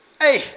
hey